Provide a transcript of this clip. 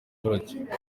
abaturage